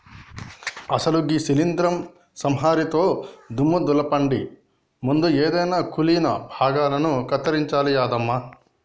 అసలు గీ శీలింద్రం సంహరినితో దుమ్ము దులపండి ముందు ఎదైన కుళ్ళిన భాగాలను కత్తిరించాలి యాదమ్మ